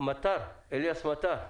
אליאס מטר,